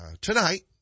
tonight